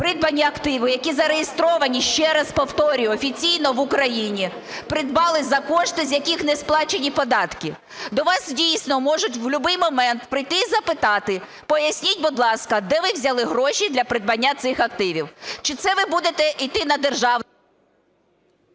придбані активи, які зареєстровані, ще раз повторюю, офіційно в Україні, придбались за кошти, з яких не сплачені податки? До вас, дійсно, можуть в любий момент прийти і запитати: поясніть, будь ласка, де ви взяли гроші для придбання цих активів. Чи це ви будете йти на…